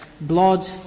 blood